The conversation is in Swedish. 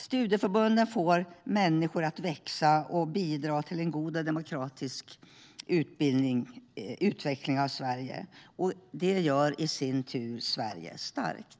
Studieförbunden får människor att växa och bidra till en god och demokratisk utveckling av Sverige. Det gör i sin tur Sverige starkt.